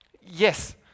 Yes